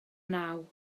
naw